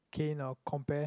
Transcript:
cannot compare